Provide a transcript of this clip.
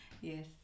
Yes